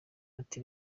ati